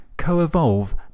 co-evolve